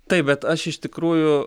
taip bet aš iš tikrųjų